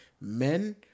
Men